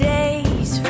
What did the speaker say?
Days